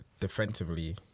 Defensively